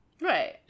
Right